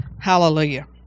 Hallelujah